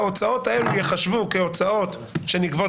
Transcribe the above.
ההוצאות האלו ייחשבו כהוצאות שנגבות